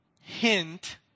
hint